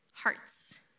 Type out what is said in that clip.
hearts